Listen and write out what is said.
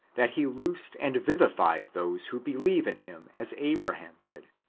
that he loosed and vivified those who believe in him as abraham did,